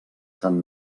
sant